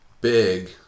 big